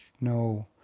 no